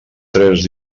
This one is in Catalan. tres